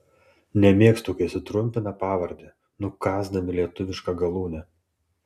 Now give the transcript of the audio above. nemėgstu kai sutrumpina pavardę nukąsdami lietuvišką galūnę